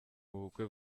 mubukwe